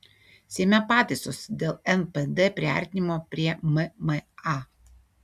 seime pataisos dėl npd priartinimo prie mma